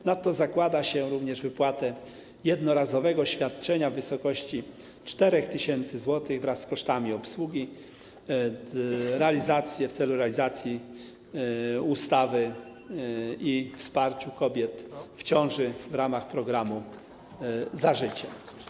Ponadto zakłada się również wypłatę jednorazowego świadczenia w wysokości 4 tys. zł wraz z kosztami obsługi w celu realizacji ustawy o wsparciu kobiet w ciąży w ramach programu „Za życiem”